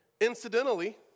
Incidentally